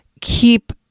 keep